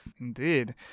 Indeed